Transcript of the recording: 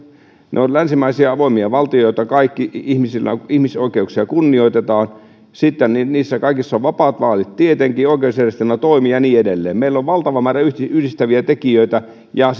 ne ovat länsimaisia avoimia valtioita kaikki ja ihmisoikeuksia kunnioitetaan niissä kaikissa on vapaat vaalit tietenkin oikeusjärjestelmä toimii ja niin edelleen meillä on valtava määrä yhdistäviä tekijöitä ja